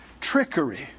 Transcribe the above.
trickery